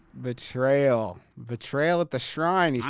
betrayal. betrayal at the shrine.